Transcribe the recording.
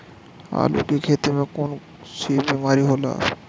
आलू की खेती में कौन कौन सी बीमारी होला?